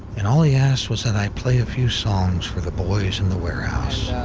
and all he asked was that i play a few songs for the boys in the warehouse.